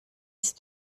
ist